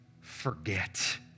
forget